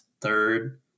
third